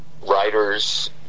writers